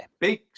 big